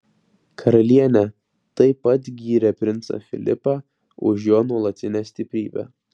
karalienė taip pat gyrė princą filipą už jo nuolatinę stiprybę